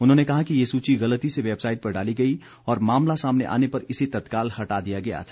उन्होंने कहा कि यह सूची गलती से वेबसाइट पर डाली गई और मामला सामने आने पर इसे तत्काल हटा दिया गया था